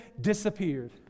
disappeared